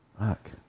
Fuck